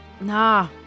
nah